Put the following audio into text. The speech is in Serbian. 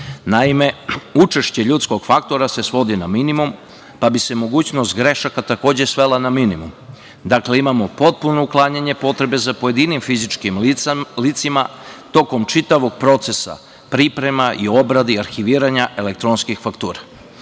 Naime, učešće ljudskog faktora se svodi na minimum, pa bi se mogućnost grešaka takođe svela na minimum. Dakle, imamo potpuno uklanjanje potrebe za pojedinim fizičkim licima tokom čitavog procesa priprema, obrade i arhiviranja elektronskih faktura.